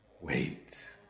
wait